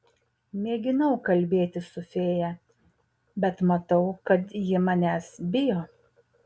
mėginau kalbėtis su fėja bet matau kad ji manęs bijo